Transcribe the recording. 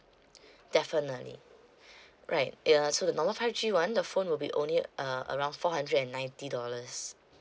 definitely right ya so the normal five G one the phone will be only uh around four hundred and ninety dollars